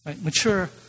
Mature